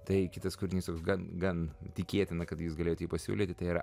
tai kitas kūrinys toks gan gan tikėtina kad jūs galėjot jį pasiūlyti tai yra